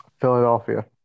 Philadelphia